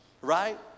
right